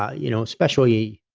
ah you know, especially,